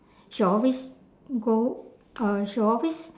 she will always go uh she will always